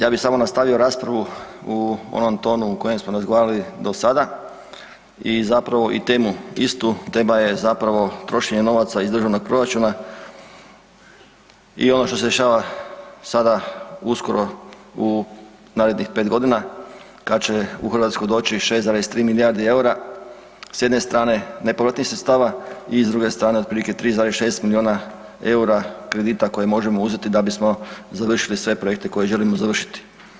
Ja bih samo nastavio raspravu i onom tonu u kojem smo razgovarali do sada i zapravo temu istu, tema je trošenje novaca iz državnog proračuna i ono što se dešava sada uskoro u narednih pet godina kada će u Hrvatsku doći 6,3 milijarde eura, s jedne strane nepovratnih sredstava i s druge strane otprilike 3,6 milijuna eura kredita koje možemo uzeti da bismo završili sve projekte koje želimo završiti.